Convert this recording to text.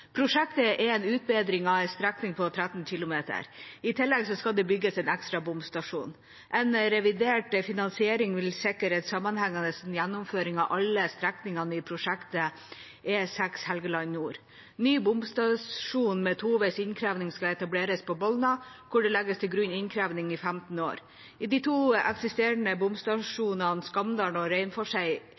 Prosjektet er en utbedring av en strekning på 13 kilometer. I tillegg skal det bygges en ekstra bomstasjon. En revidert finansiering vil sikre en sammenhengende gjennomføring av alle strekningene i prosjektet E6 Helgeland nord. Ny bomstasjon med toveis innkreving skal etableres på Bolna, hvor det legges til grunn innkreving i 15 år. I de to eksisterende bomstasjonene Skamdal og